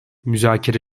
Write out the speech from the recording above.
müzakere